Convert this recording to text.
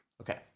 Okay